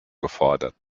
gefordert